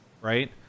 right